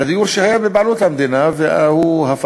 לדיור שהיה בבעלות המדינה והפך,